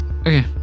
okay